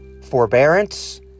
forbearance